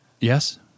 yes